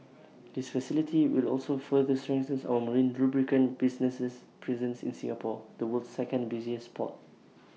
this facility will also further strengthen our marine lubricant business's presence in Singapore the world's second busiest port